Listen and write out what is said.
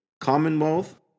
Commonwealth